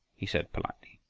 he said politely.